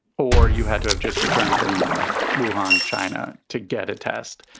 or you had to have just returned from wuhan, china, to get a test.